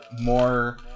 more